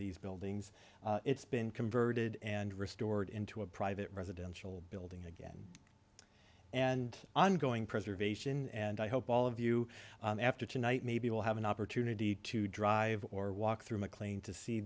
these buildings it's been converted and restored into a private residential building again and ongoing preservation and i hope all of you after tonight maybe you will have an opportunity to drive or walk through mclean to see